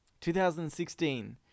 2016